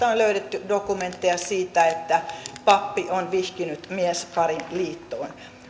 on löydetty dokumentteja siitä että pappi on vihkinyt miesparin liittoon